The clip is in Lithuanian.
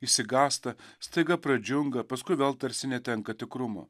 išsigąsta staiga pradžiunga paskui vėl tarsi netenka tikrumo